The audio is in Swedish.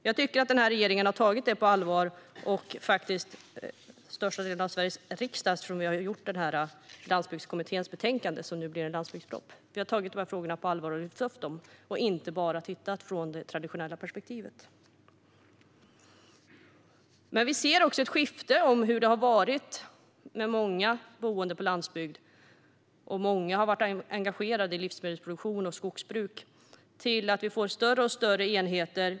Jag tycker att regeringen har tagit det på allvar och också största delen av Sveriges riksdag. Vi har gjort Landsbygdskommitténs betänkande som nu blir en landsbygdsproposition. Vi har tagit frågorna på allvar och lyft upp dem och inte bara tittat från det traditionella perspektivet. Vi ser ett skifte från hur det har varit med många boende på landsbygd där många har varit engagerade i livsmedelsproduktion och skogsbruk till att vi får allt större enheter.